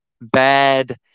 bad